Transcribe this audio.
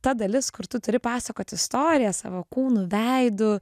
ta dalis kur tu turi pasakot istoriją savo kūnu veidu